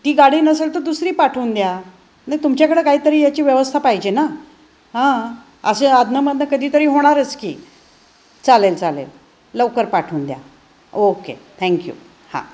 ती गाडी नसेल तर दुसरी पाठवून द्या नाही तुमच्याकडं काहीतरी याची व्यवस्था पाहिजे ना हां असे अधनंमधनं कधीतरी होणारच की चालेल चालेल लवकर पाठवून द्या ओके थँक्यू हां